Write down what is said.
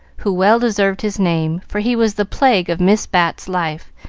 who well deserved his name, for he was the plague of miss bat's life,